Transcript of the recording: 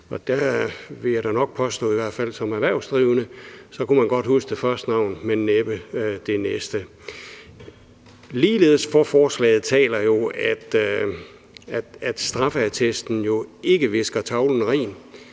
der vil jeg da nok påstå, i hvert fald som erhvervsdrivende, at man godt kunne huske det første navn, men næppe det næste. Ligeledes for forslaget taler, at straffeattesten jo ikke visker tavlen ren.